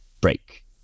break